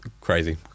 crazy